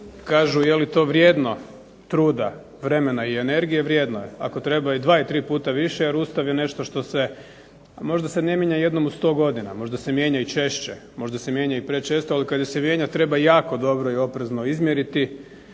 Kažu je li to vrijedno truda, vremena i energije? Vrijedno je. Ako treba i 2 i 3 puta više jer Ustav je nešto što se, a možda se ne mijenja jednom u 100 godina, možda se mijenja i češće, možda se mijenja i prečesto, ali kada se mijenja treba jako dobro i oprezno izmjeriti